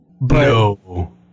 No